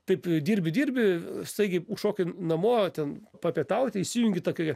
taip dirbi dirbi staigiai užšoki namo ten papietauti įsijungi tokį